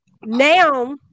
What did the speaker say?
now